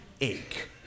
ache